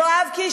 יואב קיש,